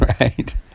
right